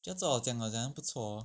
觉得这种不错 hor